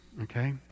okay